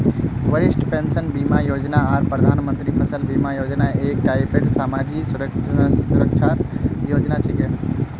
वरिष्ठ पेंशन बीमा योजना आर प्रधानमंत्री फसल बीमा योजना एक टाइपेर समाजी सुरक्षार योजना छिके